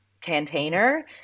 container